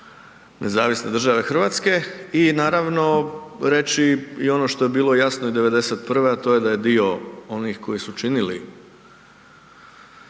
tada bio pod vlašću NDH. I naravno reći i ono što je bilo jasno i '91., a to je da je bio, onih koji su činili